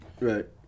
Right